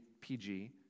PG